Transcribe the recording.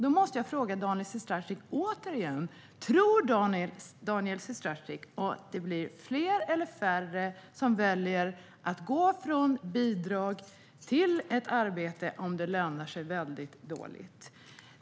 Då måste jag återigen fråga Daniel Sestrajcic: Tror Daniel Sestrajcic att det blir fler eller färre som väljer att gå från bidrag till arbete om det lönar sig väldigt dåligt?